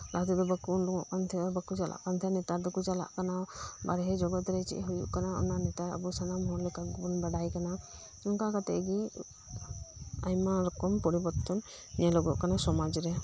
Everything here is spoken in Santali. ᱞᱟᱦᱟᱛᱮᱫᱚ ᱵᱟᱠᱩ ᱩᱰᱩᱠᱚᱜ ᱠᱟᱱᱛᱟᱦᱮᱸᱜ ᱟ ᱵᱟᱠᱩ ᱪᱟᱞᱟᱜ ᱠᱟᱱᱛᱟᱦᱮᱸᱜ ᱟ ᱱᱮᱛᱟᱨ ᱫᱚᱠᱩ ᱪᱟᱞᱟᱜ ᱠᱟᱱᱟ ᱵᱟᱨᱦᱮ ᱡᱚᱜᱚᱫᱨᱮ ᱪᱮᱫ ᱦᱩᱭᱩᱜ ᱠᱟᱱᱟ ᱚᱱᱟ ᱱᱮᱛᱟᱨ ᱟᱵᱩ ᱥᱟᱱᱟᱢ ᱦᱚᱲ ᱞᱮᱠᱟ ᱜᱮᱵᱩᱱ ᱵᱟᱰᱟᱭ ᱠᱟᱱᱟ ᱚᱱᱠᱟ ᱠᱟᱛᱮᱜ ᱜᱤ ᱟᱭᱢᱟ ᱨᱚᱠᱚᱢ ᱯᱚᱨᱤᱵᱚᱨᱛᱚᱱ ᱧᱮᱞᱚᱠᱚᱜ ᱠᱟᱱᱟ ᱥᱚᱢᱟᱡ ᱨᱮ